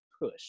push